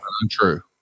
untrue